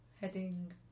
Heading